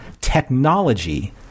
technology